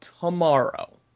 tomorrow